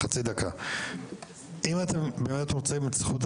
נכנסת לעבוד יום